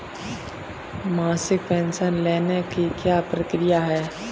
मासिक पेंशन लेने की क्या प्रक्रिया है?